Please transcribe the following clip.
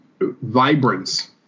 vibrance